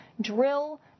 Drill